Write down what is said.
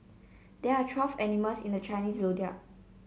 there are twelve animals in the Chinese Zodiac